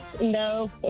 No